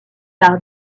par